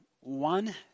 one